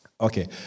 Okay